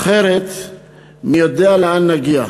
אחרת מי יודע לאן נגיע.